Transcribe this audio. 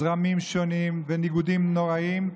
זרמים שונים וניגודים נוראים,